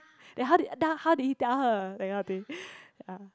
then how did then how did he tell her that kind of thing ya